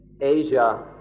Asia